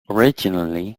originally